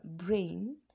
brain